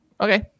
Okay